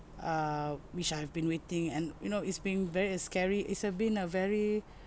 err which I've been waiting and you know it's been very uh scary it's uh been uh very